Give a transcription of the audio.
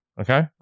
Okay